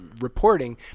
reporting